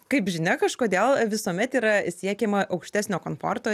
kaip žinia kažkodėl visuomet yra siekiama aukštesnio komforto